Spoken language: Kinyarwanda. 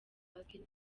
basket